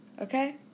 Okay